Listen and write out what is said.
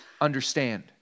understand